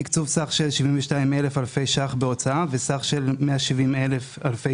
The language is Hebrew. תקצוב סך של 72,000 אלפי ₪ בהוצאה וסך של 170,000 אלפי